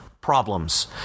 problems